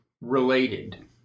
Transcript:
related